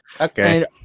Okay